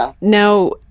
Now